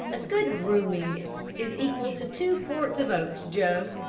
a good grooming is equal to two quarts of oats, joe,